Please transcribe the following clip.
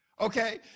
okay